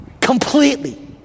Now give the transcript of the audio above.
completely